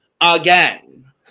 again